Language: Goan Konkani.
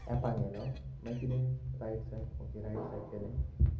एपान गेलो मागी किदें right slide okay right slide केलें